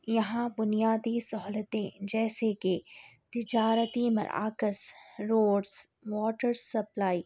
یہاں بنیادی سہولتیں جیسے کہ تجارتی مراکز روڈس واٹر سپلائی